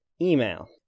email